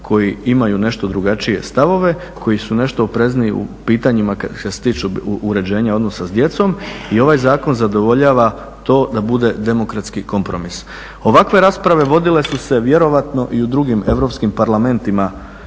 koji imaju nešto drugačije stavove, koji su nešto oprezniji u pitanjima koja se tiču uređenja odnosa sa djecom. I ovaj zakon zadovoljava to da bude demokratski kompromis. Ovakve rasprave vodile su se vjerojatno i u drugim europskim parlamentima